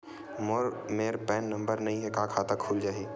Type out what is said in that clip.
मोर मेर PAN number नई हे का खाता खुल जाही?